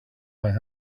might